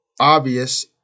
Obvious